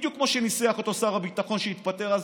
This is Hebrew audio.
בדיוק כמו שניסח אותו שר הביטחון, שהתפטר אז,